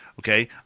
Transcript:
okay